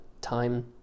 time